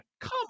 Come